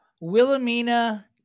Wilhelmina